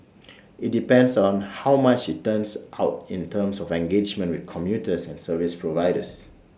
IT depends on how much IT turns out in terms of engagement with commuters and service providers